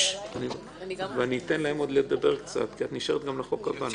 אני אתן להן לדבר עוד קצת כי את נשארת גם לחוק הבא,